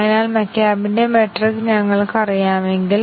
അതിനാൽ ആദ്യത്തേത് സത്യവും തെറ്റായതുമായ മൂല്യം എടുക്കണം a 10 തുടർന്ന് a10